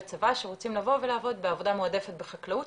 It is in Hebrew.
צבא שרוצים לבוא ולעבוד בעבודה מועדפת בחקלאות